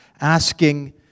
asking